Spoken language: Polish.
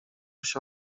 się